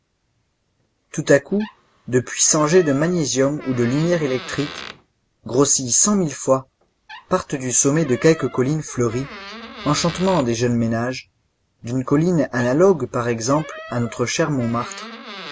tout à coup de puissants jets de magnésium ou de lumière électrique grossis cent mille fois partent du sommet de quelque colline fleurie enchantement des jeunes ménages d'une colline analogue par exemple à notre cher montmartre